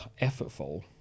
effortful